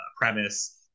premise